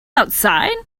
outside